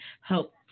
help